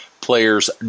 players